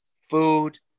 food